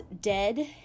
dead